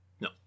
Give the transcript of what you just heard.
no